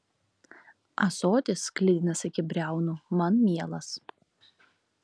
ąsotis sklidinas iki briaunų man mielas